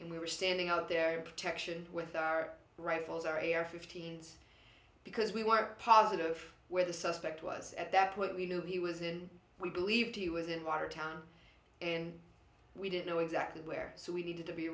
and we were standing out there protection with our rifles our air fifteen's because we were positive where the suspect was at that point we knew he was in we believed he was in wired town and we didn't know exactly where so we needed to be